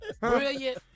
Brilliant